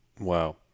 Wow